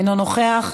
אינו נוכח,